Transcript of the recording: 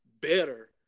better